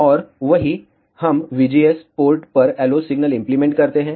और वही हम VGS पोर्ट पर LO सिग्नल इम्प्लीमेंट करते हैं